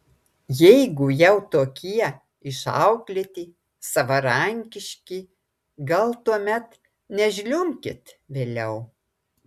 jeigu jau tokie išauklėti savarankiški gal tuomet nežliumbkit vėliau